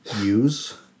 use